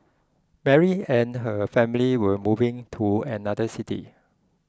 Mary and her family were moving to another city